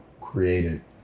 created